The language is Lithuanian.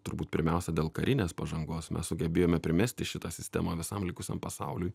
turbūt pirmiausia dėl karinės pažangos mes sugebėjome primesti šitą sistemą visam likusiam pasauliui